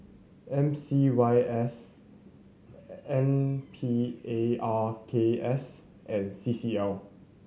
M C Y S N Parks and C C L